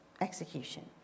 execution